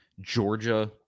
Georgia